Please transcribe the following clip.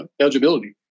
eligibility